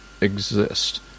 exist